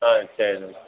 ஆ சேரிண்ணே